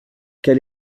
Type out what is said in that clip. quel